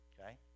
okay